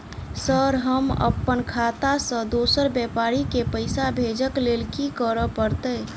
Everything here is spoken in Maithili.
सर हम अप्पन खाता सऽ दोसर व्यापारी केँ पैसा भेजक लेल की करऽ पड़तै?